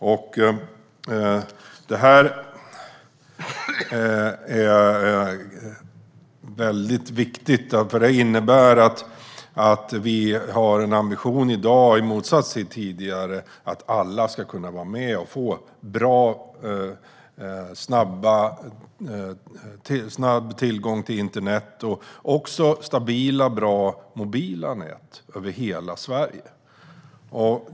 Det är mycket viktigt, för det innebär att vi har ambitionen i dag, i motsats till tidigare, att alla ska kunna få en bra och snabb tillgång till internet och även stabila och bra mobila nät över hela Sverige.